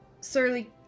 Surly